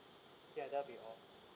ya that'll be all